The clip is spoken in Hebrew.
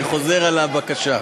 אני חוזר על הבקשה,